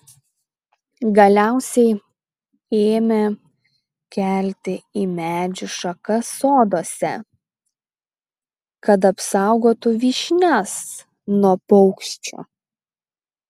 galiausiai ėmė kelti į medžių šakas soduose kad apsaugotų vyšnias nuo paukščių